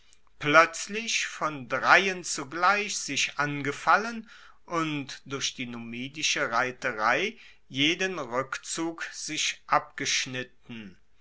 ploetzlich von dreien zugleich sich angefallen und durch die numidische reiterei jeden rueckzug sich abgeschnitten